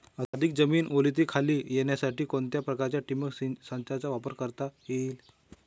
अधिक जमीन ओलिताखाली येण्यासाठी कोणत्या प्रकारच्या ठिबक संचाचा वापर करता येईल?